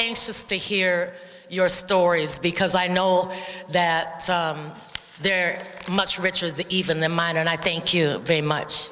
anxious to hear your stories because i know that they're much richer that even than mine and i thank you very much